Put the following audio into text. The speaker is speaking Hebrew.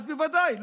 ואז בוודאי,